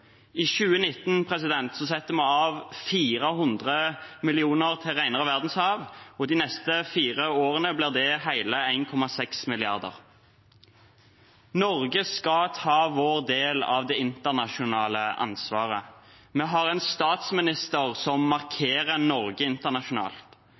I 2019 setter vi av 400 mill. kr til renere verdenshav, og de neste fire årene blir det hele 1,6 mrd. kr. Norge skal ta sin del av det internasjonale ansvaret. Vi har en statsminister som